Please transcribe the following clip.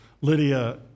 Lydia